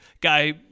guy